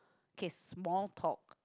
okay small talk